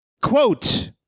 quote